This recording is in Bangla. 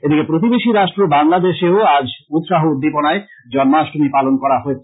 এদিকে প্রতিবেশী রাষ্ট্র বাংলাদেশে ও আজ উৎসাহ উদ্দীপনায় জন্মাষ্টমী পালন করা হয়েছে